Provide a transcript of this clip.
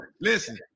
listen